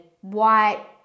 white